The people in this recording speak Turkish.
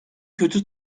kötü